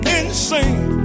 insane